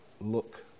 look